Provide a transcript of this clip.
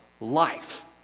life